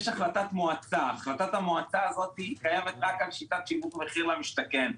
יש החלטת מועצה שקיימת רק על שיטת שיווק מחיר למשתכן.